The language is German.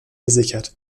gesichert